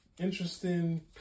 interesting